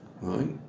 Right